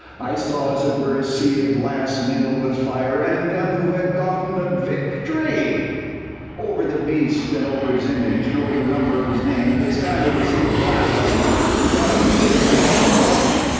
i saw as it were a sea of glass mingled with fire, and them who had gotten the victory over the beast, and over his image, and over the number of his name. and they stand on the sea of glass having the harps of god. and they sing the song of moses,